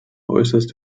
äußerst